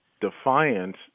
defiance